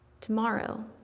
Tomorrow